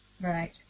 Right